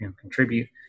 contribute